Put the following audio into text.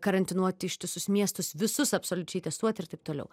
karantinuoti ištisus miestus visus absoliučiai testuot ir taip toliau